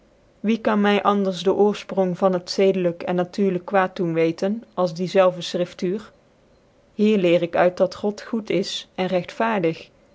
wie km my anders dc oorfpronk van het zedclyk en natuurlyk kwaad doen weten als die zelve schriftuur hier leer ik uit dat god goed is en